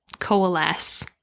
coalesce